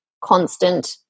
constant